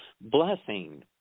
blessing